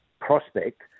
prospect